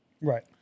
Right